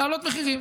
להעלות מחירים.